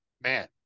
man